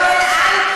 יואל,